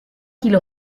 qu’il